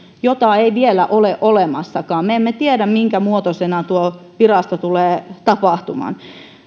jota ei vielä ole olemassakaan me emme tiedä minkämuotoisena tuo virasto tulee tapahtumaan